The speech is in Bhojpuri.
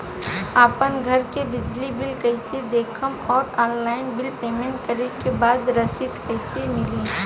आपन घर के बिजली बिल कईसे देखम् और ऑनलाइन बिल पेमेंट करे के बाद रसीद कईसे मिली?